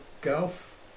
Golf